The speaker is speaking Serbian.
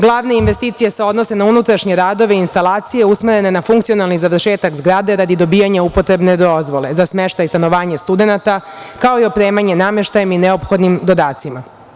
Glavna investicija se odnosi na unutrašnje radove i instalacije usmerene na funkcionalni završetak zgrade radi dobijanja upotrebne dozvole za smeštaj i stanovanje studenata, kao i opremanje nameštajem i neophodnim dodacima.